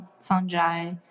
fungi